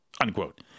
Unquote